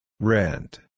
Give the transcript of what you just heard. Rent